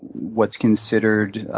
what's considered